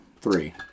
Three